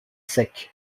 secs